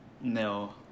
No